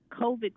COVID